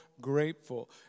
grateful